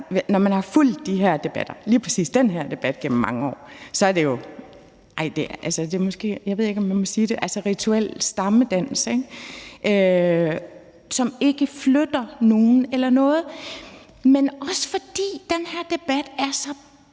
Når man har fulgt de her debatter, altså lige præcis den her debat, gennem mange år, så er det jo en – jeg ved ikke, om man må sige det – rituel stammedans, som ikke flytter nogen eller noget. Men det er også, fordi den her debat er så